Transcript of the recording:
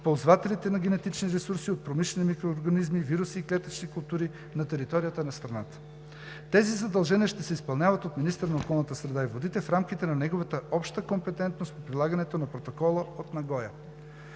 ползвателите на генетични ресурси от промишлените микроорганизми, вируси и клетъчни култури на територията на страната. Тези задължения ще се изпълняват от министъра на околната среда и водите в рамките на неговата обща компетентност при прилагането на Протокола от Нагоя.